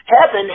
heaven